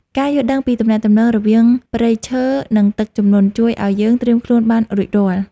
ការយល់ដឹងពីទំនាក់ទំនងរវាងព្រៃឈើ និងទឹកជំនន់ជួយឱ្យយើងត្រៀមខ្លួនបានរួចរាល់។